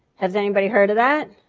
has anybody heard of that?